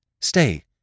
Stay